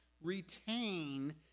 retain